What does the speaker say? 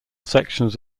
sections